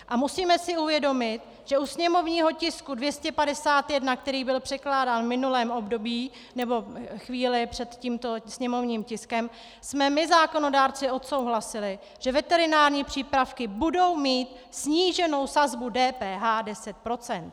A musíme si uvědomit, že u sněmovního tisku 251, který byl předkládán v minulém období nebo chvíli před tímto sněmovním tiskem, jsme my, zákonodárci, odsouhlasili, že veterinární přípravky budou mít sníženou sazbu DPH 10 %.